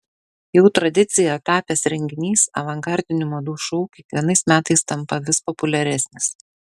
jau tradicija tapęs renginys avangardinių madų šou kiekvienais metais tampa vis populiaresnis